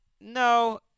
No